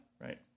right